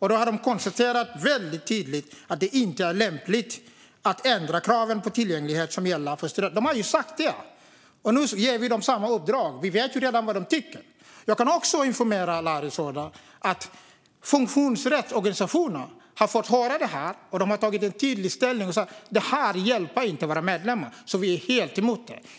Då konstaterade de väldigt tydligt att det inte är lämpligt att ändra kraven på tillgänglighet som gäller för studentbostäder. De har sagt detta, och nu ger vi dem samma uppdrag. Vi vet ju redan vad de tycker! Jag kan också informera Larry Söder om att funktionsrättsorganisationerna har fått höra det här och tagit tydlig ställning. De säger: Det här hjälper inte våra medlemmar, så vi är helt emot det.